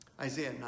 Isaiah